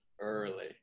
early